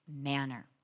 manner